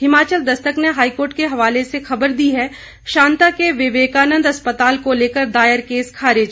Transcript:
हिमाचल दस्तक ने हाईकोर्ट के हवाले से ख़बर दी है शांता के विवेकानंद अस्पताल को लेकर दायर केस खारिज